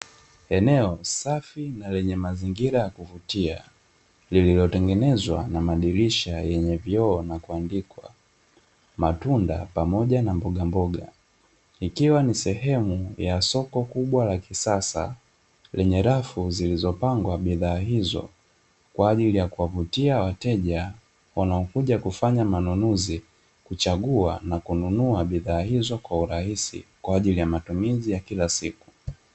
Eneo safi na lenye mazingira na ya kuvutia, lililotengenezwa na madirisha yenye vioo na kuandikwa matunda pamoja na mbogamboga, ikiwa ni sehemu ya soko kubwa la kisasa lenye rafu zilizo pangwa bidhaa hizo kwa ajili ya kuwavutia wateja wanaokuja kufanya manunuzi kuchagua na kununua bidhaa hizo kwa urahisi kwaajli ya matumizi ya kila siku.